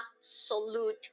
absolute